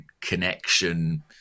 connection